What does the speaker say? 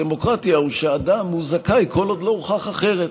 בדמוקרטיה הוא שאדם הוא זכאי כל עוד לא הוכח אחרת.